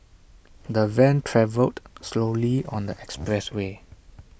the van travelled slowly on the expressway